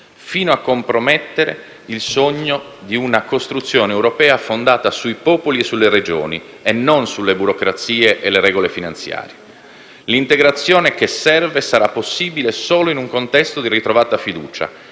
fino a compromettere il sogno di una costruzione europea fondata sui popoli e sulle Regioni e non sulle burocrazie e le regole finanziarie. L'integrazione che serve sarà possibile solo in un contesto di ritrovata fiducia